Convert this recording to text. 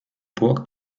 burg